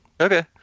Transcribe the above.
Okay